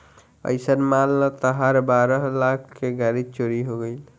अइसन मान ल तहार बारह लाख के गाड़ी चोरी हो गइल